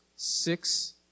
Six